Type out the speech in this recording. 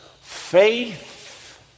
faith